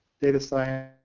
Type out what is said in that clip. data science,